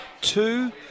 Two